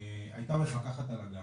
הייתה המפקחת על הגן.